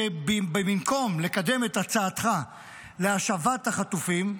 שבמקום לקדם את הצעתך להשבת החטופים,